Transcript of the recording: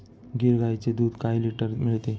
गीर गाईचे दूध काय लिटर मिळते?